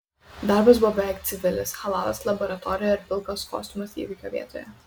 darbas buvo beveik civilis chalatas laboratorijoje ir pilkas kostiumas įvykio vietoje